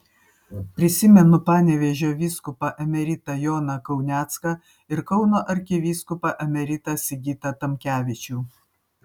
prisimenu panevėžio vyskupą emeritą joną kaunecką ir kauno arkivyskupą emeritą sigitą tamkevičių